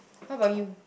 what about you